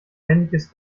männliches